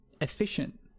efficient